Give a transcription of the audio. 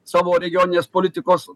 savo regioninės politikos